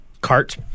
cart